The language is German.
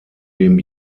dem